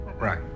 Right